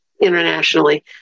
internationally